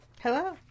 Hello